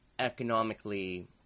economically